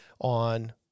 on